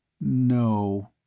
No